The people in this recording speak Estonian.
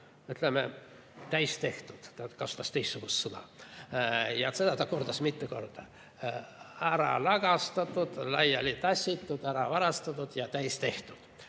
ütleme, täis tehtud, ehkki ta kasutas teistsugust sõna. Ja seda ta kordas mitu korda: ära lagastatud, laiali tassitud, ära varastatud ja täis tehtud.